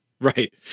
Right